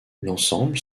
l’ensemble